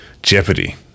Jeopardy